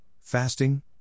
fasting